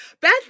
Beth